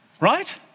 Right